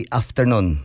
afternoon